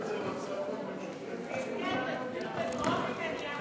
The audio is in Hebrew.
את מוכנה לאחד את זה עם הצעת חוק ממשלתית?